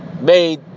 made